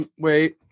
wait